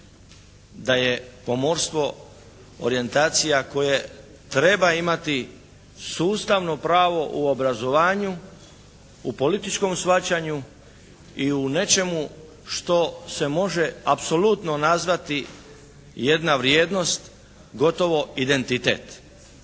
da je pomorstvo orijentacija koje treba imati sustavno pravo u obrazovanju, u političkom shvaćanju i u nečemu što se može apsolutno nazvati jedna vrijednost, gotovo identitet